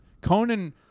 Conan